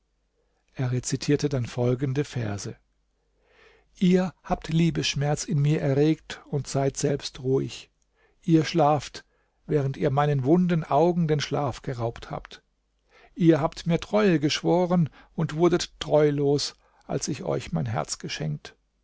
er rezitierte dann folgende verse ihr habt liebesschmerz in mir erregt und seid selbst ruhig ihr schlaft während ihr meinen wunden augen den schlaf geraubt habt ihr habt mir treue geschworen und wurdet treulos als ich euch mein herz geschenkt